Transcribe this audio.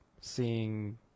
seeing